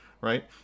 right